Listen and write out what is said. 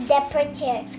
Departure